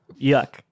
Yuck